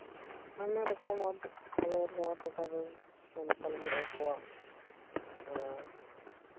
ᱟᱭᱢᱟ ᱨᱚᱠᱚᱢ ᱟᱵᱚ ᱱᱚᱣᱟ ᱴᱚᱴᱷᱟ ᱨᱮ ᱥᱟᱱᱛᱟᱞ ᱵᱚᱭᱦᱟ ᱠᱚᱣᱟᱜ ᱡᱟᱦᱟᱸ